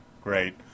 great